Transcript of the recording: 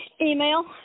Email